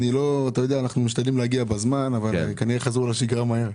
אנחנו משתדלים להגיע בזמן אבל כנראה חזרו לשגרה מהר.